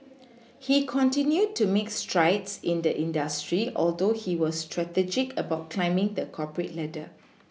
he continued to make strides in the industry although he was strategic about climbing the corporate ladder